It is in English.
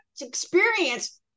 experience